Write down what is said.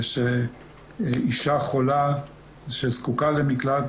ואישה חולה שזקוקה למקלט,